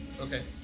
Okay